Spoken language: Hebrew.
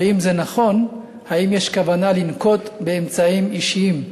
ואם זה נכון, האם יש כוונה לנקוט אמצעים אישיים?